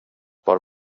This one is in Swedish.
bar